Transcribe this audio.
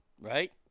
Right